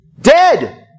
Dead